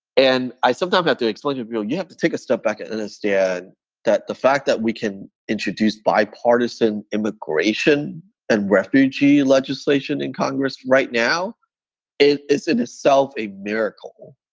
and i sometimes have to explain to people, you have to take a step back and understand that the fact that we can introduce bipartisan immigration and refugee legislation in congress right now is in itself a miracle.